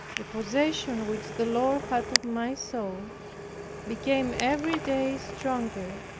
the possession which the lord had of my soul became every day stronger,